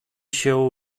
się